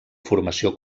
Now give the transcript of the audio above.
formació